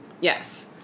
Yes